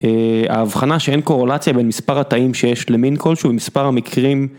ההבחנה שאין קורולציה בין מספר התאם שיש למין כלשהו במספר המקרים.